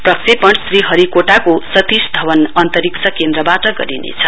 प्रक्षेपण श्रीहरिकोटाको सतीश धवन अन्तरिक्ष केन्द्रबाट गरिनेछ